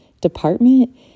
Department